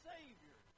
Savior